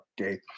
okay